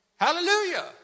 Hallelujah